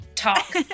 talk